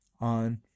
on